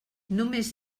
només